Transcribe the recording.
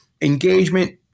engagement